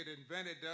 invented